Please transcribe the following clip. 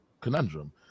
conundrum